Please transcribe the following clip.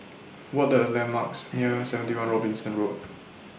What Are The landmarks near seventy one Robinson Road